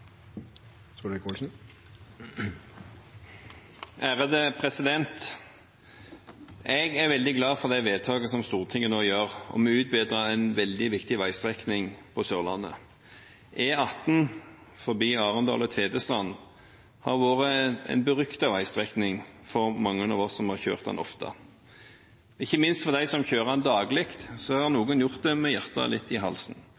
Jeg er veldig glad for det vedtaket som Stortinget nå gjør om å utbedre en veldig viktig veistrekning på Sørlandet. E18 forbi Arendal og Tvedestrand har vært en beryktet veistrekning for mange av oss som har kjørt den ofte. Ikke minst noen av dem som kjører den daglig, har gjort det med hjertet litt i halsen.